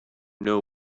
know